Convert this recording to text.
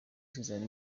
zizana